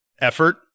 effort